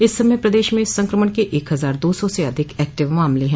इस समय प्रदेश में इस संक्रमण के एक हजार दो सौ से अधिक एक्टिव मामले हैं